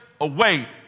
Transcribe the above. away